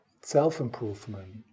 self-improvement